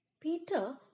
Peter